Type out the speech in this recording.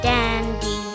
Dandy